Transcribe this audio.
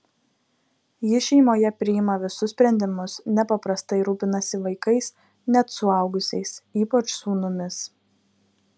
ji šeimoje priima visus sprendimus nepaprastai rūpinasi vaikais net suaugusiais ypač sūnumis